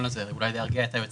יש חוקים